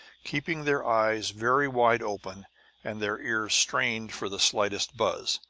keeping their eyes very wide open and their ears strained for the slightest buzz,